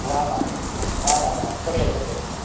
वाह वाह वाह वाह वाह वाह सुठो सुठो